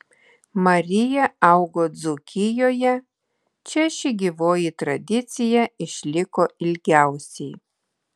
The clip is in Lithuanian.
marija augo dzūkijoje čia ši gyvoji tradicija išliko ilgiausiai